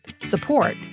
support